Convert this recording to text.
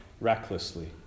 recklessly